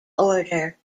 order